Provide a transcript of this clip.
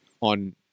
on